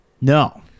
No